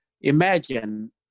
Imagine